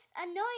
annoying